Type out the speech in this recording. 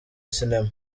sinema